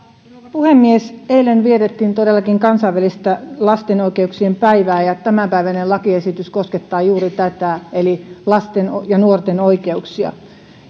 puhemies eilen vietettiin todellakin kansainvälistä lasten oikeuksien päivää ja tämänpäiväinen lakiesitys koskettaa juuri tätä eli lasten ja nuorten oikeuksia